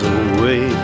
away